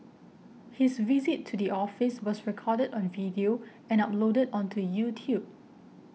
his visit to the office was recorded on video and uploaded onto YouTube